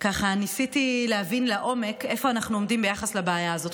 ניסיתי להבין לעומק איפה אנחנו עומדים ביחס לבעיה הזו.